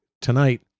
tonight